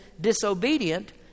disobedient